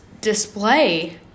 display